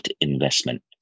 investment